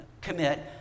commit